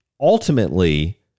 ultimately